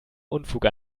unfug